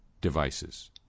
devices